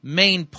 main